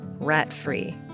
rat-free